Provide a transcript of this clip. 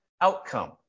outcome